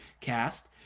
cast